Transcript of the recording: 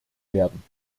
werden